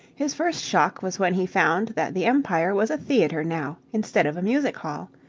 his first shock was when he found that the empire was a theatre now instead of a music-hall.